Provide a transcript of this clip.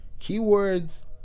Keywords